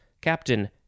captain